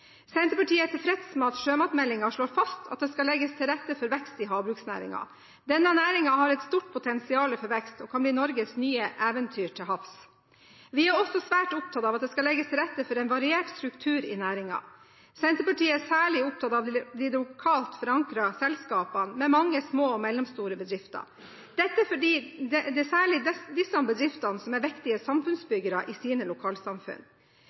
Senterpartiet er tilfreds med at sjømatmeldingen slår fast at det skal legges til rette for vekst i havbruksnæringen. Denne næringen har et stort potensial for vekst og kan bli Norges nye eventyr til havs. Vi er også svært opptatt av at det skal legges til rette for en variert struktur i næringen. Senterpartiet er særlig opptatt av de lokalt forankrede selskapene, med mange små og mellomstore bedrifter – dette fordi det særlig er disse bedriftene som er viktige samfunnsbyggere i sine lokalsamfunn.